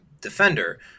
defender